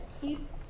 keep